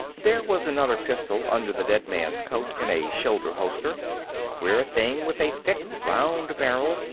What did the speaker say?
there was another pistol under the dead man's coat, in a shoulder-holster a queer thing with a thick round barrel,